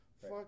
fuck